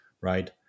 right